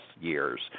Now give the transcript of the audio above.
years